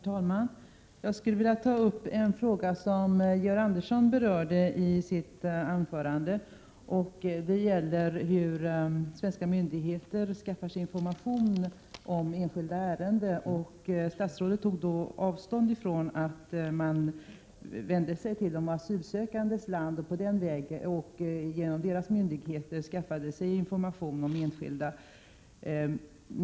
Herr talman! Jag skulle vilja ta upp en fråga som Georg Andersson berört i sitt anförande. Den gäller hur svenska myndigheter skaffar sig information om enskilda ärenden. Statsrådet tog avstånd från att man vänder sig till de asylsökandes land och genom dess myndigheter skaffar sig information om enskilda.